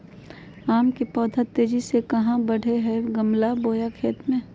आम के पौधा तेजी से कहा बढ़य हैय गमला बोया खेत मे?